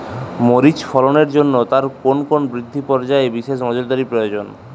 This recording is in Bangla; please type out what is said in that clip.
মরিচ ফলনের জন্য তার কোন কোন বৃদ্ধি পর্যায়ে বিশেষ নজরদারি প্রয়োজন?